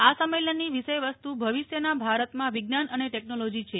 આ સંમેલનની વિષય વસ્તુ ભવિષ્યના ભારતમાં વિજ્ઞાન અને ટેકનોલોજી છે